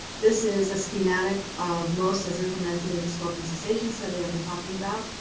this is a schematic of most as implemented in the smoking cessation study i've been talking about.